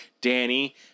Danny